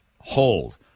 hold